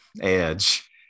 Edge